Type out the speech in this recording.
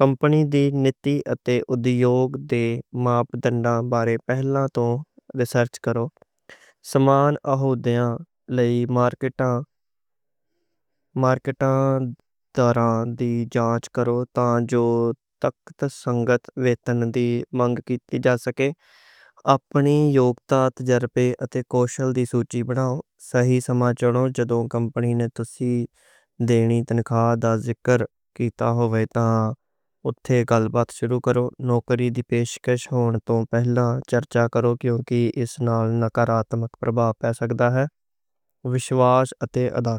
کمپنی نیتی اور اُدی جاب دے موقعے نوں پہلا توں ریسرچ کرو سمان اہودیاں لئی مارکیٹ معیاراں دی جانچ کرو تاں جو تک سنگت وےتن دی مانگ کیتی جا سکے اپنی یوگتا تجربے اتے کوشل دی سوچی بناو صحیح سمہ چُنو جدو کمپنی نے تُہانوں دینی تنخواہ دا ذکر کیتا ہو وےتن اُتے گال بات شروع کرو نوکری دی پیشکش نوں ہون توں پہلاں چرچا کرو کیونکہ اس نال مثبت پربھاپ ہو سکدا ہے ہوشیاری تے ادب کرو